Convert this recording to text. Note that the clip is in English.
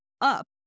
up